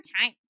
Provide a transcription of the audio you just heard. time